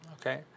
Okay